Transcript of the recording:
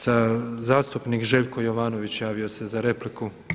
Zastupnik Željko Jovanović javio se za repliku.